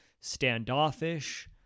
standoffish